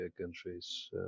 countries